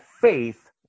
faith